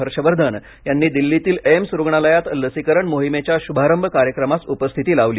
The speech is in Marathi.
हर्ष वर्धन यांनी दिल्लीतील एम्स रुग्णालयात लसीकरण मोहिमेच्या शुभारंभ कार्यक्रमास उपस्थिती लावली